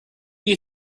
you